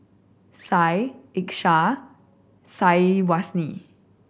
Syah Ishak and Syazwani